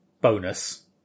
bonus